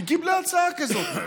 היא קיבלה הצעה כזאת.